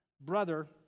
brother